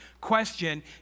Question